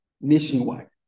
nationwide